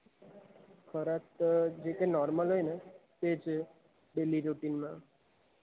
ખોરાક જે કે નોર્મલ હોય ને તે છે ડેલી રૂટીનમાં